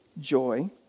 joy